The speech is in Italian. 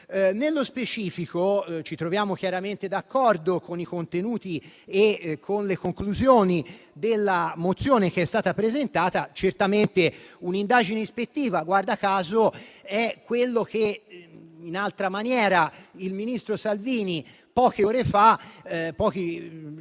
Nello specifico, ci troviamo chiaramente d'accordo con i contenuti e con le conclusioni della mozione che è stata presentata. Certamente un'indagine ispettiva - guarda caso - è quello che in altra maniera il ministro Salvini poche ore fa ha